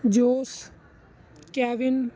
Jose Kevin